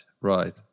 right